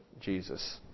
Jesus